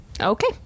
Okay